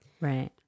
right